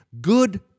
Good